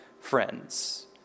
friends